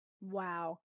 Wow